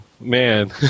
man